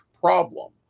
problem